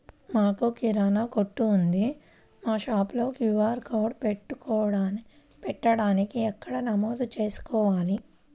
మాకు కిరాణా కొట్టు ఉంది మా షాప్లో క్యూ.ఆర్ కోడ్ పెట్టడానికి ఎక్కడ నమోదు చేసుకోవాలీ?